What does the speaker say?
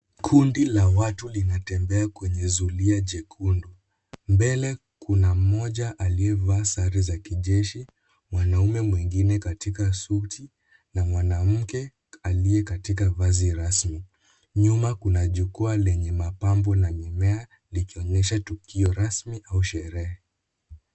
Kundi la watu linatembea kwenye zulia jekundu. Mbele kuna mmoja aliyevaa sare za kijeshi. Mwanamume katika suti na mwanamke aliye katika vazi rasmi. Nyuma kuna jukwaa lenye mapambo na mmea alikionyesha tukio rasmi au sherehe.